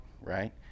right